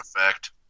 effect